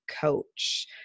coach